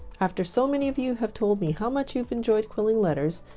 after so many of you have told me how much you've enjoyed quilling letters,